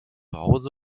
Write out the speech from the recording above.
hause